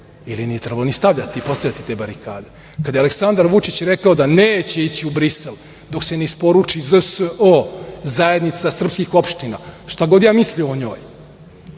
ili ih nije trebalo ni stavljati i postavljati. Kada je Aleksandar Vučić rekao da neće ići u Brisel dok se ne isporuči ZSO, Zajednica srpskih opština, šta god ja mislio o njoj,